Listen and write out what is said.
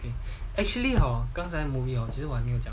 actually hor 刚才 movie hor 今晚再讲